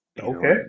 Okay